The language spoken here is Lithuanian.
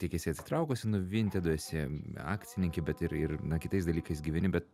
tiek esi atsitraukusi nuo vintedo esi akcininkė bet ir ir kitais dalykais gyveni bet